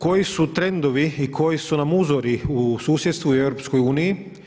Koji su trendovi i koji su nam uzori u susjedstvu i Europskoj uniji.